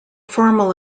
formal